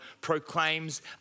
proclaims